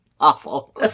awful